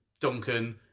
Duncan